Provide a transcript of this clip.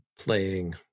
playing